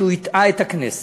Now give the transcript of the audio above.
שהוא הטעה את הכנסת?